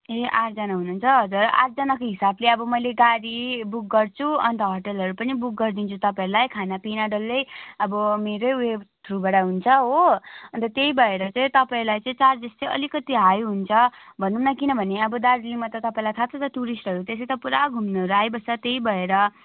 ए आठजना हुनुहुन्छ हजुर आठजनाको हिसाबले अब मैले गाडी बुक गर्छु अन्त होटेलहरू पनि बुक गरिदिन्छु तपाईँहरूलाई खानापिना डल्लै अब मेरै उयो थ्रुबाट हुन्छ हो अन्त त्यही भएर चाहिँ तपाईँलाई चाहिँ चार्जेस चाहिँ अलिकति हाई हुन्छ भनौँ न किनभने अब दार्जिलिङमा त तपाईँलाई थाहा छ त टुरिस्टहरू त्यसै त पुरा घुम्नुहरू आइबस्छ त्यही भएर